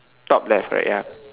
top left right ya